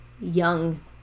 young